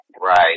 Right